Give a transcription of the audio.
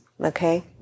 okay